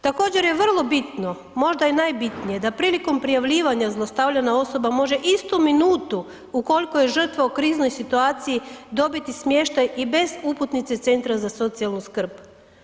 Također je vrlo bitno, možda i najbitnije da prilikom prijavljivanja zlostavljana osoba može istu minutu ukoliko je žrtva u kriznoj situaciji dobiti smještaj i bez uputnice centra za socijalnu skrb.